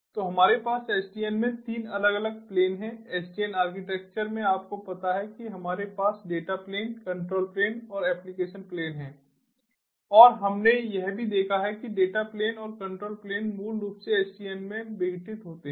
तो हमारे पास SDN में 3 अलग अलग प्लेन हैं SDN आर्किटेक्चर में आपको पता है कि हमारे पास डेटा प्लेन कंट्रोल प्लेन और एप्लिकेशन प्लेन हैं और हमने यह भी देखा है कि डेटा प्लेन और कंट्रोल प्लेन मूल रूप से SDN में विघटित होते हैं